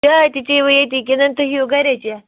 چاے تہِ چیٚیِوٕ یٔتی کِنہٕ تُہۍ یِیُو گَری چیٚتھ